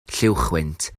lluwchwynt